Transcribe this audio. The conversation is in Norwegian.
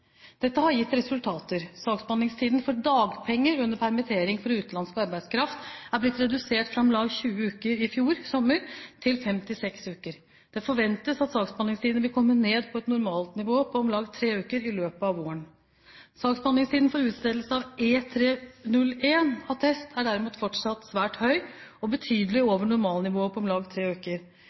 Dette har gitt resultater. Saksbehandlingstiden for dagpenger under permittering for utenlandsk arbeidskraft er blitt redusert fra om lag 20 uker i fjor sommer til fem–seks uker. Det forventes at saksbehandlingstiden vil komme ned på et normalnivå på om lag tre uker i løpet av våren. Saksbehandlingstiden for utstedelse av E-301-attest er derimot fortsatt svært lang og betydelig over normalnivået på om lag tre